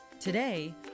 Today